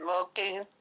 Okay